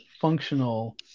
functional